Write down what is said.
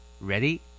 Ready